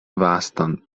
vastan